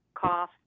cough